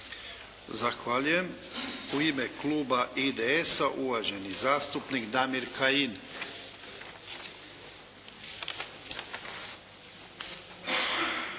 Zahvaljujem. U ime kluba IDS-a uvaženi zastupnik Damir Kajin.